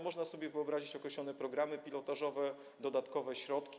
Można sobie wyobrazić określone programy pilotażowe, dodatkowe środki.